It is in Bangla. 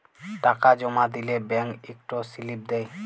টাকা জমা দিলে ব্যাংক ইকট সিলিপ দেই